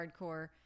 hardcore